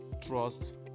trust